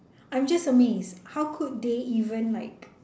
I'm just amazed how could they even like